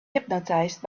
hypnotized